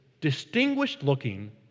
distinguished-looking